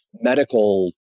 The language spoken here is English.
medical